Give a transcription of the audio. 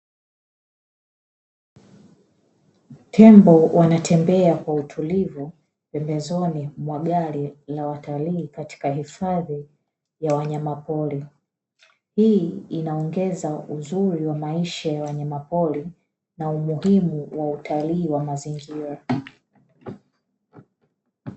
Tembo wanatembea kwa utulivu pembezoni mwa gari la watalii, katika hifadhi ya wanyama pori. Hii inaongeza uzuri wa maisha ya wanyama pori, na umuhimu wa utalii wa mazingira.